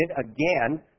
again